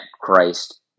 Christ